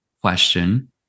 question